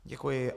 Děkuji.